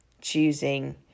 choosing